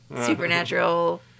Supernatural